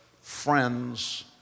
friends